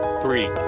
three